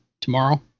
tomorrow